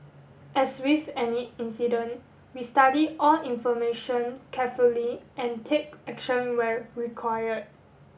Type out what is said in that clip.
as with any incident we study all information carefully and take action where required